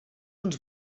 uns